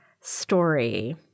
story